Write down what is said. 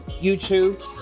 YouTube